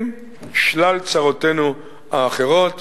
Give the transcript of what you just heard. עם שלל צרותינו האחרות.